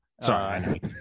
Sorry